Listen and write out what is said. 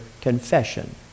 confession